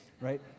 Right